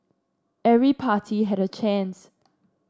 every party had a chance